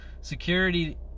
security